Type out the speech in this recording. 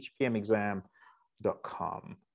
hpmexam.com